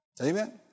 Amen